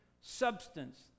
substance